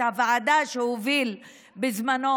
את הוועדה הוביל בזמנו,